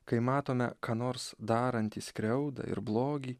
kai matome ką nors darantį skriaudą ir blogį